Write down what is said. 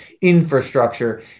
infrastructure